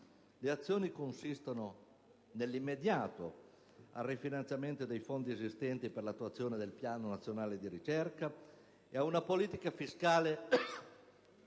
Le azioni si sostanziano, nell'immediato, nel rifinanziamento dei fondi esistenti per l'attuazione del Piano nazionale di ricerca e in una politica fiscale